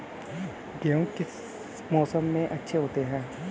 गेहूँ किस मौसम में अच्छे होते हैं?